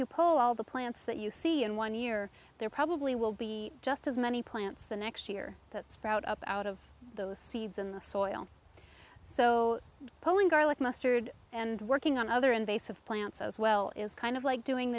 you poll all the plants that you see in one year there probably will be just as many plants the next year that sprout up out of those seeds in the soil so pulling garlic mustard and working on other invasive plants as well is kind of like doing